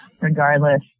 regardless